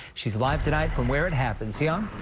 she's live tonight from where it happens he on.